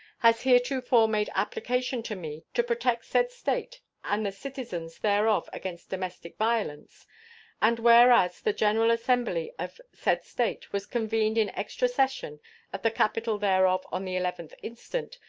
has heretofore made application to me to protect said state and the citizens thereof against domestic violence and whereas the general assembly of said state was convened in extra session at the capital thereof on the eleventh instant,